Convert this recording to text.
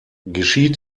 geschieht